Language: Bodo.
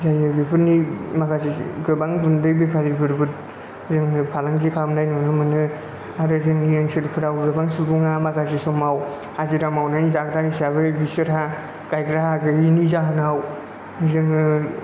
जायो बेफोरनि माखासे गोबां गुन्दै बेफारिफोरबो जोङो फालांगि खालामनाय नुनो मोनो आरो जोंनि ओनसोलफ्राव गोबां सुबुङा माखासे समाव हाजिरा मावनानै जाग्रा हिसाबै बिसोरहा गाइग्रा हा गैयैनि जाहोनाव जोङो